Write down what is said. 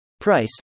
Price